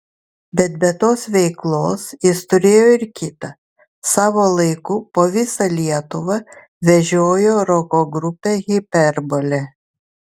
bet be tos veiklos jis turėjo ir kitą savo laiku po visą lietuvą vežiojo roko grupę hiperbolė